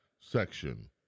section